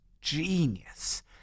genius